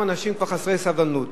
וכמה אנשים כבר חסרי סבלנות.